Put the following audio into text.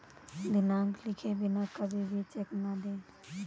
दिनांक लिखे बिना कभी भी चेक न दें